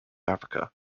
africa